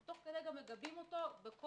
תוך כדי גם מגבים אותו בכל